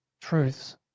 truths